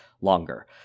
longer